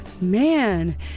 Man